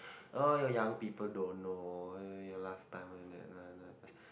oh your young people don't know last time )ppo)